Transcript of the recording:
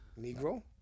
Negro